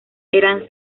eran